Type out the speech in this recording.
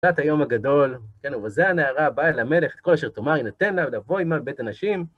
לקראת היום הגדול, כן, ובזה הנערה באה אל המלך, כל שתאמר יינתן לבוא עימה בבית הנשים.